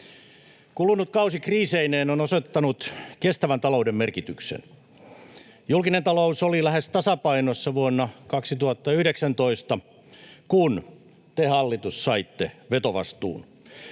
Kulunut kausi kriiseineen on osoittanut kestävän talouden merkityksen. Julkinen talous oli lähes tasapainossa vuonna 2019, kun te, hallitus, saitte vetovastuun.